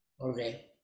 Okay